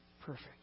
perfect